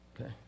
okay